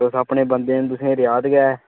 तुस अपने बंदे न तुसें ई रियात गै